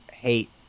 hate